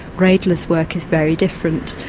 radler's work is very different,